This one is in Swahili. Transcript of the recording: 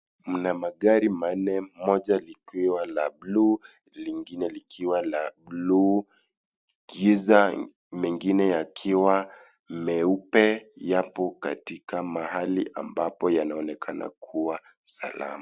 Mna magari manne moja likiwa la buluu lingine likiwa la buluu kiza mengine yakiwa meupe yapo katika mahali ambapo yanaonekana kuwa salama.